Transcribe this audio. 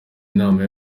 inama